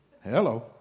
Hello